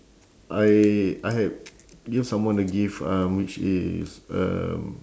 I I have give someone a gift um which is a